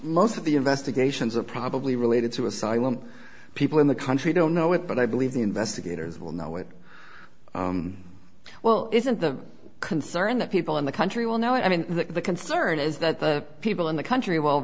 of the investigations are probably related to asylum people in the country don't know it but i believe the investigators will know it well isn't the concern that people in the country will know i mean the concern is that the people in the country will